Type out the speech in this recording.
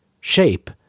shape